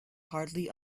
hardly